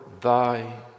thy